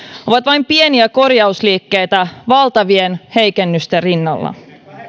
ovat vain pieniä korjausliikkeitä valtavien heikennysten rinnalla